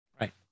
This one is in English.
Right